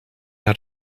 haar